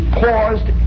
paused